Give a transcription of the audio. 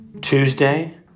Tuesday